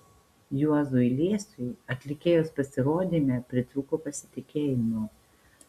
juozui liesiui atlikėjos pasirodyme pritrūko pasitikėjimo